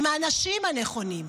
עם האנשים הנכונים,